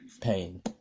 pain